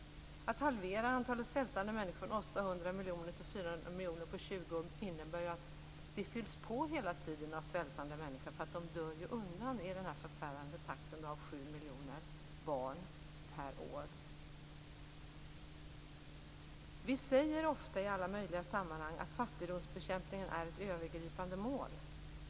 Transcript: Att halvera antalet svältande människor från 800 miljoner till 400 miljoner på 20 år innebär ju att det fylls på hela tiden med svältande människor. De dör ju undan i den förfärande takten av sju miljoner barn per år. Vi säger ofta i alla möjliga sammanhang att fattigdomsbekämpningen är ett övergripande mål.